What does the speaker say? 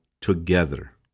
together